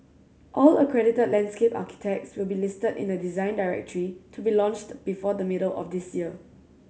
all accredited landscape architects will be listed in a Design Directory to be launched before the middle of this year